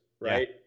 right